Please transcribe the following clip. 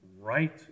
right